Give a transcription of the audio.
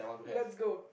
let's go